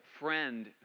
friend